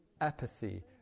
apathy